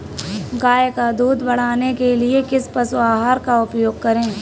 गाय का दूध बढ़ाने के लिए किस पशु आहार का उपयोग करें?